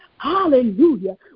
Hallelujah